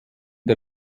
der